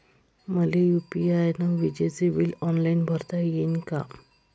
मले यू.पी.आय न विजेचे बिल ऑनलाईन भरता येईन का?